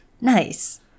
Nice